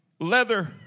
Leather